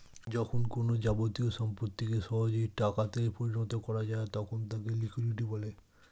যখন কোনো যাবতীয় সম্পত্তিকে সহজেই টাকা তে পরিণত করা যায় তখন তাকে লিকুইডিটি বলে